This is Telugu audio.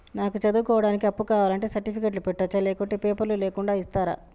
నాకు చదువుకోవడానికి అప్పు కావాలంటే సర్టిఫికెట్లు పెట్టొచ్చా లేకుంటే పేపర్లు లేకుండా ఇస్తరా?